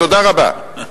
תודה רבה.